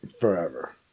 forever